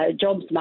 jobs